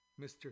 Mr